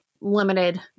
limited